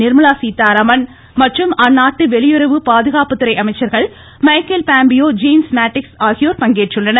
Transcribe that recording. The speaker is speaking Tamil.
நிர்மலா சீதாராமன் மற்றும் அந்நாட்டு வெளியுறவு பாதுகாப்புத்துறை அமைச்சர்கள் மைக்கேல் பாம்பியோ ஜேம்ஸ் மேட்டிஸ் ஆகியோர் பங்கேற்றுள்ளனர்